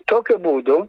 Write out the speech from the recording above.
tokiu būdu